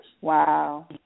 Wow